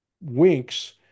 winks